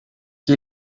que